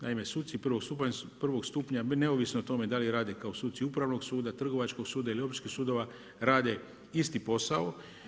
Naime, suci prvog stupnja, neovisno o tome, da li rade, kao suci upravnog suda, trgovačkog suda ili općih sudova, rade isti posao.